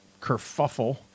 kerfuffle